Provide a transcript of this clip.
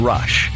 Rush